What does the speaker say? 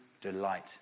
delight